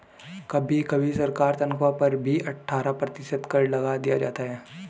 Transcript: कभी कभी सरकारी तन्ख्वाह पर भी अट्ठारह प्रतिशत कर लगा दिया जाता है